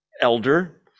Elder